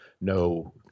no